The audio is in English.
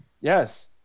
Yes